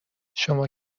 شما